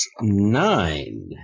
Nine